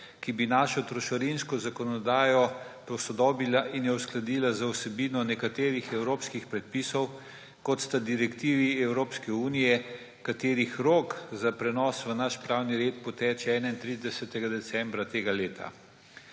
da bi našo trošarinsko zakonodajo posodobila in jo uskladila z vsebino nekaterih evropskih predpisov, kot sta direktivi Evropske unije, katerih rok za prenos v naš pravni red poteče 31. decembra tega leta.